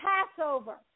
Passover